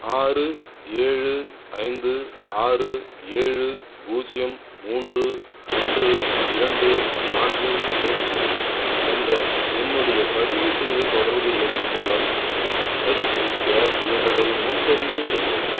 ஆறு ஏழு ஐந்து ஆறு ஏழு பூஜ்ஜியம் மூன்று ஒன்று இரண்டு நான்கு ஐந்து என்ற என்னுடைய பதிவு செய்த தொடர்பு எண் மூலம் ஹச்பி கேஸ் சிலிண்டரை முன்பதிவு செய்யவும்